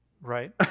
Right